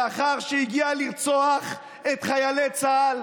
לאחר שהגיעה לרצוח את חיילי צה"ל.